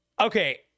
Okay